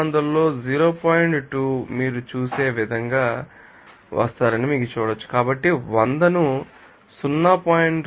2 మీరు చూసే విధంగా వస్తారని మీరు చూడవచ్చు కాబట్టి వందను 0